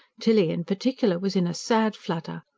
tilly, in particular, was in a sad flutter.